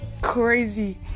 crazy